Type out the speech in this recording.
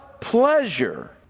pleasure